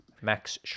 Max